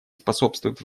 способствует